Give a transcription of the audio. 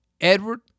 Edward